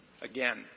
again